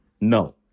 no